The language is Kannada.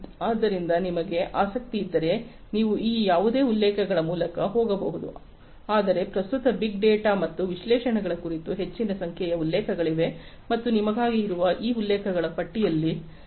ಆದ್ದರಿಂದ ನಿಮಗೆ ಆಸಕ್ತಿಯಿದ್ದರೆ ನೀವು ಈ ಯಾವುದೇ ಉಲ್ಲೇಖಗಳ ಮೂಲಕ ಹೋಗಬಹುದು ಆದರೆ ಪ್ರಸ್ತುತ ಬಿಗ್ ಡೇಟಾ ಮತ್ತು ವಿಶ್ಲೇಷಣೆಗಳ ಕುರಿತು ಹೆಚ್ಚಿನ ಸಂಖ್ಯೆಯ ಉಲ್ಲೇಖಗಳಿವೆ ಮತ್ತು ನಿಮಗಾಗಿ ಇರುವ ಈ ಉಲ್ಲೇಖಗಳ ಪಟ್ಟಿಗಳನ್ನು ಮೀರಿ ನೀವು ಹೋಗಬಹುದು